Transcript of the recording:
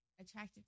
attracted